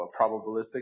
probabilistic